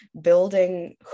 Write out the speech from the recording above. building